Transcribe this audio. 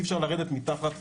אי אפשר לרדת מתחת.